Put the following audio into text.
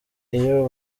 iyo